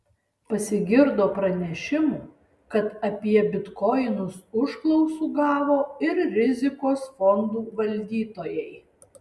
pasigirdo pranešimų kad apie bitkoinus užklausų gavo ir rizikos fondų valdytojai